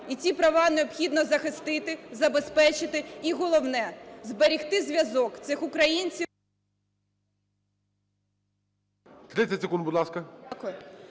і ці права необхідно захистити, забезпечити, і, головне, зберегти зв'язок цих українців…